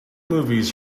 movies